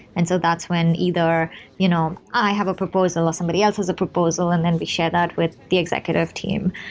and so that's when either you know i have a proposal, or somebody else is a proposal and then we share that with the executive team.